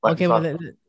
Okay